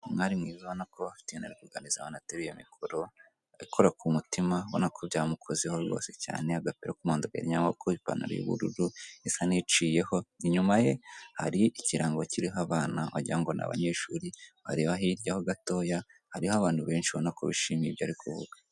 Umwari mwiza ubona ko afite ibintu ari kuganiriza abantu ateruye mikoro akora ku mutima ubona ko byamukozeho rwose cyane, agapira k'umuhondo gahinnye amaboko, ipantalo y'ubururu isa nk'iciyeho, inyuma ye hari ikirango kiriho abana wagira ngo n'abanyeshuri wareba hirya ho gatoya hariho abantu benshi ubona ko bishimiye ibyo ari kuvuga.